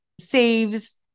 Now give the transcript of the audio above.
saves